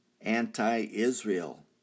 anti-Israel